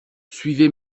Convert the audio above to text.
suivez